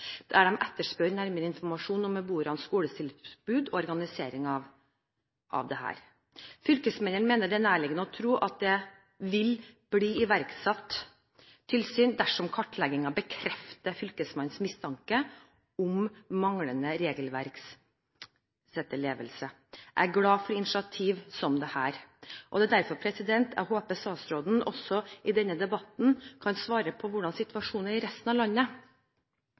der de etterspør nærmere informasjon om beboernes skoletilbud og organiseringen av dette. Fylkesmannen mener det er nærliggende å tro at det vil bli iverksatt tilsyn dersom kartleggingen bekrefter fylkesmannens mistanke om manglende regelverksetterlevelse. Jeg er glad for initiativ som dette. Jeg håper statsråden også i denne debatten kan svare på hvordan situasjonen er i resten av landet.